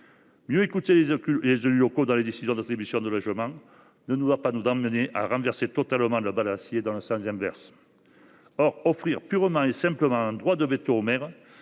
Mieux écouter les élus locaux dans la décision d’attribution des logements ne doit pas nous conduire à faire pencher totalement le balancier dans le sens inverse. Or offrir purement et simplement un droit de veto aux maires